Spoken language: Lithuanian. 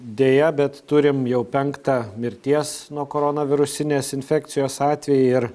deja bet turim jau penktą mirties nuo koronavirusinės infekcijos atvejį ir